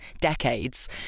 decades